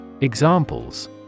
Examples